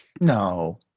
no